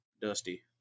Dusty